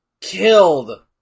killed